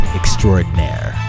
extraordinaire